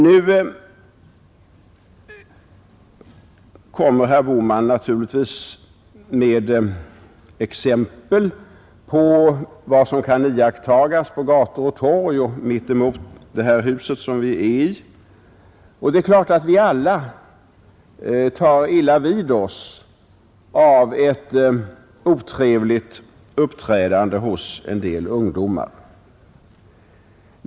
Nu kommer herr Bohman naturligtvis med exempel på vad som kan iakttas på gator och torg. Bland annat nämnde han vad som utspelas på Sergels torg som ligger mitt emot det hus vi befinner oss i. Det är klart att vi alla tar illa vid oss av ett otrevligt uppträdande hos en del ungdomar.